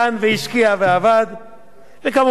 כמובן, תודה לעוזרי הפרלמנטריים